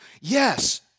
Yes